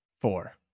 four